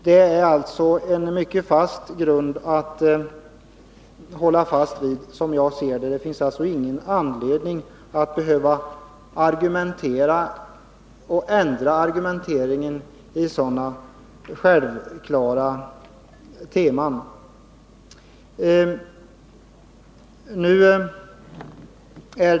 Det är alltså en mycket fast grund att stå på, som jag ser det, och det finns ingen anledning att ändra en så självklar och fast grund i argumenteringen.